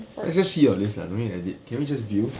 let's just see your list lah don't need to edit can we just view